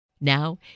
Now